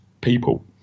people